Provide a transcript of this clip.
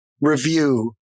review